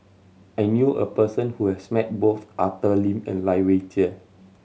I knew a person who has met both Arthur Lim and Lai Weijie